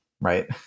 right